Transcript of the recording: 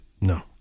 No